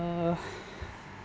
uh